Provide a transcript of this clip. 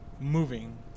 moving